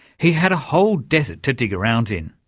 he had a whole desert to dig around in.